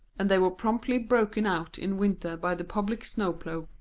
and they were promptly broken out in winter by the public snow-plough.